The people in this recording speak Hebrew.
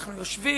אנחנו יושבים,